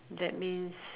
that means